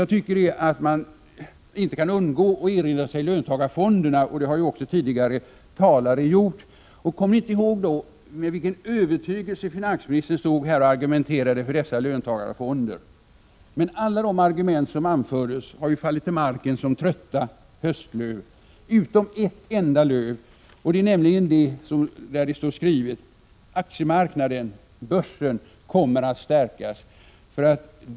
Jag tycker att man måste erinra sig löntagarfonderna — och det har ju också tidigare talare gjort. Kommer ni inte ihåg med vilken övertygelse finansministern här argumenterade för dessa fonder? Men alla de argument som anfördes har ju fallit till marken som trötta höstlöv — med undantag för ett enda löv, nämligen där det står skrivet att aktiemarknaden, börsen, kommer att stärkas.